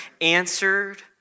answered